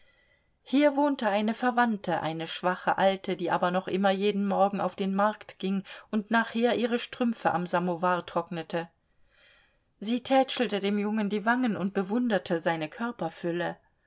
hier wohnte eine verwandte eine schwache alte die aber noch immer jeden morgen auf den markt ging und nachher ihre strümpfe am samowar trocknete sie tätschelte dem jungen die wangen und bewunderte seine körperfülle